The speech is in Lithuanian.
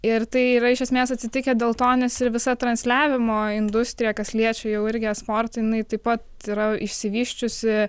ir tai yra iš esmės atsitikę dėl to nes ir visa transliavimo industrija kas liečia jau irgi esportą jinai taip pat yra išsivysčiusi